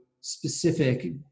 specific